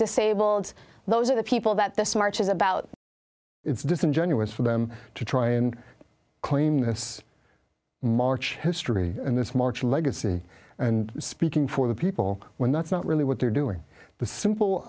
disabled those are the people that this march is about it's disingenuous for them to try and claim this march history and this march legacy and speaking for the people when that's not really what they're doing the simple